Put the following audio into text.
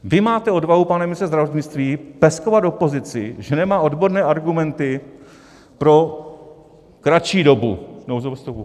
Vy máte odvahu, pane ministře zdravotnictví, peskovat opozici, že nemá odborné argumenty pro kratší dobu nouzového stavu.